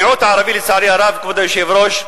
המיעוט הערבי, לצערי הרב, כבוד היושב-ראש,